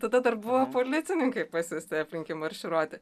tada dar buvo policininkai pasiųsti aplink jį marširuoti